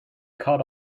caught